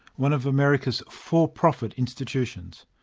one of america's for-profit institutions.